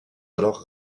alors